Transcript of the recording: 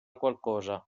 qualcosa